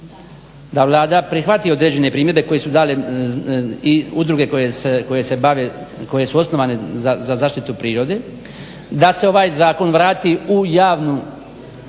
da Vlada prihvati određene primjedbe koje su dale i udruge koje se bave koje su osnovane za zaštitu prirode da se ovaj zakon vrati u javnu